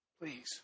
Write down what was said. please